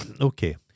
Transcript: Okay